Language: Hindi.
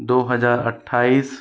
दो हज़ार अट्ठाईस